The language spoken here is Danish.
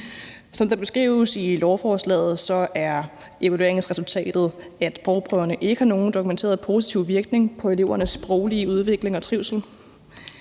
Som det beskrives i lovforslaget, er evalueringsresultatet, at sprogprøverne ikke har nogen dokumenteret positiv virkning på elevernes sproglige udvikling og trivsel.